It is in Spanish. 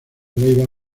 leiva